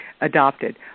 adopted